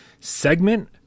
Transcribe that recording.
segment